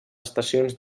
estacions